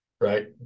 right